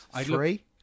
Three